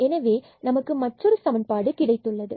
எனவே நமக்கு மற்றொரு சமன்பாடு கிடைத்துள்ளது